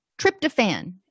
Tryptophan